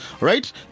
right